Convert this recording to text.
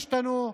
השתנו,